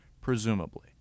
presumably